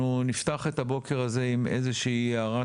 אנחנו נפתח את הבוקר הזה עם איזה שהיא הערת